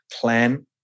plan